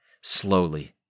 slowly